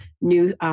new